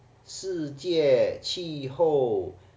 世界气候